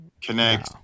Connect